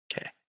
Okay